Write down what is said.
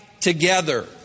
Together